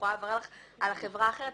על חברה אחרת,